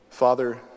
Father